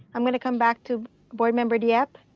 i'm going to come back to board member diep.